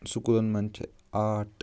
سکوٗلَن منٛز چھِ آرٹ